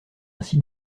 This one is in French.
ainsi